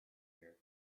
here